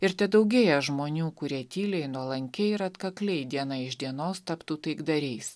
ir daugėja žmonių kurie tyliai nuolankiai ir atkakliai diena iš dienos taptų taikdariais